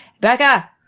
Becca